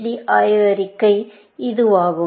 hd ஆய்வறிக்கை இதுவாகும்